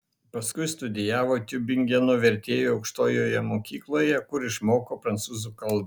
paskui studijavo tiubingeno vertėjų aukštojoje mokykloje kur išmoko prancūzų kalbą